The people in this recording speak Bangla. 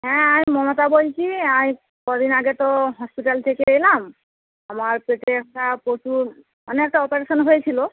হ্যাঁ আমি মমতা বলছি আর কদিন আগে তো হসপিটাল থেকে এলাম আমার পেটে একটা প্রচুর মানে একটা অপারেশন হয়েছিলো